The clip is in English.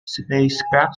spacecraft